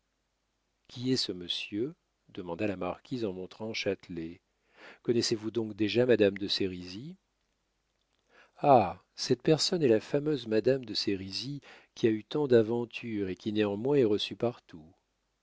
qui est ce monsieur demanda la marquise en montrant châtelet connaissez-vous donc déjà madame de sérizy ah cette personne est la fameuse madame de sérizy qui a eu tant d'aventures et qui néanmoins est reçue partout